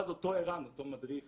מאז אותו ערן, אותו מדריך